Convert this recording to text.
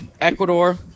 Ecuador